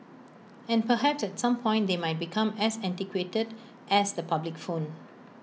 and perhaps at some point they might become as antiquated as the public phone